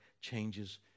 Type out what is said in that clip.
changes